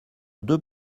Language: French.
deux